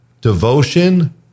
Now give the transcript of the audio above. Devotion